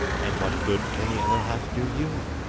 and what good can the other half do you?